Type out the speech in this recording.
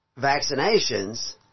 vaccinations